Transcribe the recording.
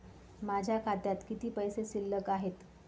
माझ्या खात्यात किती पैसे शिल्लक आहेत?